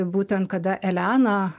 būtent kada elena